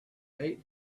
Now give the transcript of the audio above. ate